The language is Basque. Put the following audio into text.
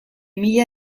mila